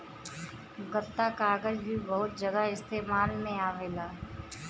गत्ता कागज़ भी बहुत जगह इस्तेमाल में आवेला